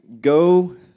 Go